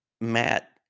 Matt